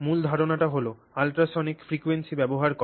মূল ধারণাটি হল আল্ট্রাসনিক ফ্রিকোয়েন্সি ব্যবহার করা